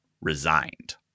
resigned